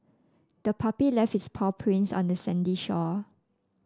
the puppy left its paw prints on the sandy shore